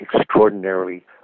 extraordinarily